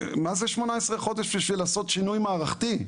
מה זה 18 חודשים בשביל לעשות שינוי מערכתי?